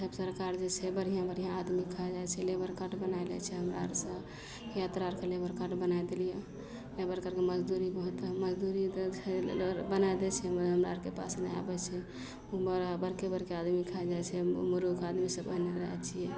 सब सरकार जे छै बढ़िआँ बढ़िआँ आदमी खा जाइ छै लेबर कार्ड बनाय लै छै हमरा आर सभ के लिये लेबर कार्ड बनाय देलियै लेबर करके मजदूरी बहुत मजदूरीके लिए बनाय दै छियै हमरा आरके पास नहि आबय छै बड़ा बड़के बड़के आदमी खाए जाइ छै मूर्ख आदमी सभ ओहिने रहय छियै